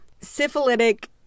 Syphilitic